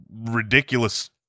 Ridiculous